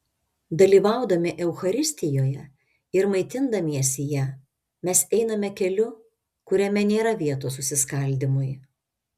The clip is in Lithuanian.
dalyvaudami eucharistijoje ir maitindamiesi ja mes einame keliu kuriame nėra vietos susiskaldymui